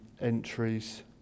entries